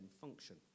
function